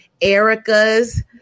Erica's